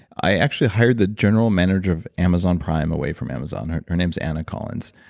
i actually hired the general manager of amazon prime away from amazon her her name's anna collins.